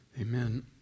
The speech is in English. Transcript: Amen